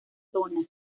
zona